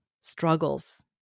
struggles